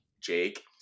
Jake